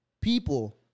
People